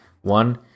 One